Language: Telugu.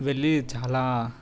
వెళ్లి చాలా